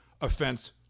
offense